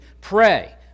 pray